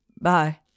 Bye